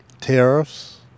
tariffs